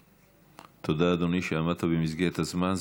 תודה, אדוני, שעמדת במסגרת הזמן.